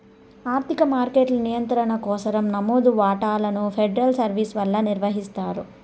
ఆర్థిక మార్కెట్ల నియంత్రణ కోసరం నమోదు వాటాలను ఫెడరల్ సర్వీస్ వల్ల నిర్వహిస్తారు